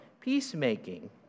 peacemaking